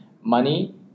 Money